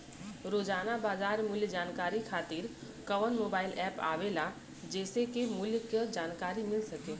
रोजाना बाजार मूल्य जानकारी खातीर कवन मोबाइल ऐप आवेला जेसे के मूल्य क जानकारी मिल सके?